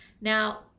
Now